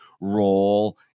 role